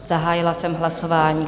Zahájila jsem hlasování.